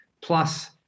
Plus